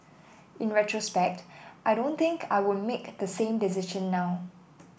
in retrospect I don't think I would make the same decision now